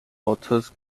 authors